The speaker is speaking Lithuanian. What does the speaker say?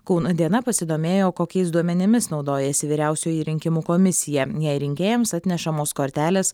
kauno diena pasidomėjo kokiais duomenimis naudojasi vyriausioji rinkimų komisija jei rinkėjams atnešamos kortelės